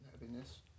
Happiness